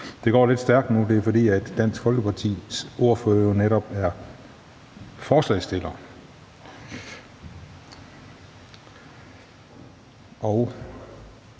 Det går lidt stærkt nu, og det er jo netop, fordi Dansk Folkepartis ordfører er forslagsstiller,